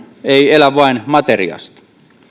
ei elä vain materiasta